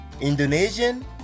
Indonesian